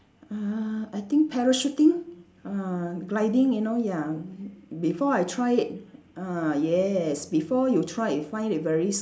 uh I think parachuting uh gliding you know ya before I tried it ah yes before you try you find it very